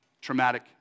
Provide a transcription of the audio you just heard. traumatic